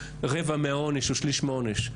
רבע מהעונש או שליש מהעונש.